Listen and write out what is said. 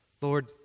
Lord